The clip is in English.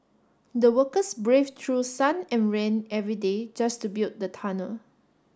the workers braved through sun and rain every day just to build the tunnel